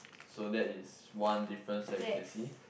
so that is one difference that we can see